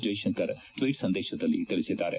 ಜೈಶಂಕರ್ ಟ್ನೀಟ್ ಸಂದೇಶದಲ್ಲಿ ತಿಳಿಸಿದ್ದಾರೆ